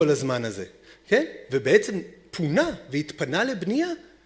כל הזמן הזה. כן! ובעצם פונה והתפנה לבנייה